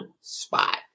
spot